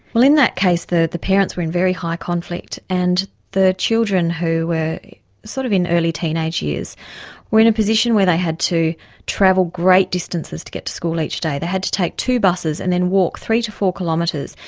well in that case the the parents were in very high conflict, and the children who were sort of in early teenage years were in a position where they had to travel great distances to get to school each day. they had to take two buses and then walk three to four kilometres.